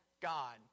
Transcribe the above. God